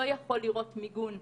האלה זה היה יורד ל-190 חולים ליום,